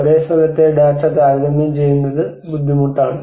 ഒരേ സ്ഥലത്തെ ഡാറ്റ താരതമ്യം ചെയ്യുന്നത് ബുദ്ധിമുട്ടാണ്